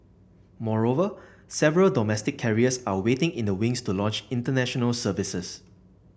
moreover several domestic carriers are waiting in the wings to launch International Services